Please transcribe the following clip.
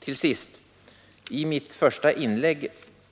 Till sist, i mitt första inlägg